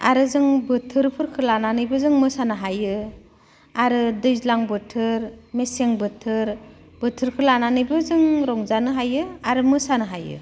आरो जों बोथोरफोरखो लानानै जों मोसानो हायो आरो दैज्लां बोथोर मेसें बोथोर बोथोरखो लानानैबो जों रंजानो हायो आरो मोसानो हायो